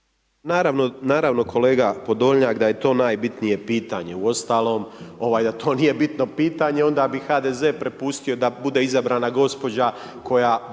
naravno kolega Podolnjak, da je to najbitnije pitanje, uostalom, ovaj, da to nije bitno pitanje onda bi HDZ prepustio da bude izabrana gospođa koja